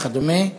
וכדומה.